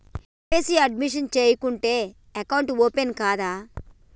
KYC updation చేయకుంటే account open కాదా?